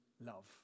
love